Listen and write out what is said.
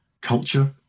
culture